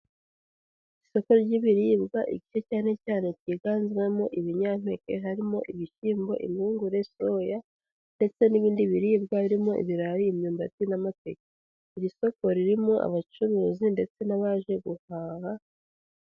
Isoko ry'ibiribwa igice cyane cyane cyiganjemo ibinyampeke harimo ibishyimbo, impungure, soya, ndetse n'ibindi biribwa birimo ibirayi, imyumbati n'amateke. Iri soko ririmo abacuruzi ndetse n'abaje guhaha.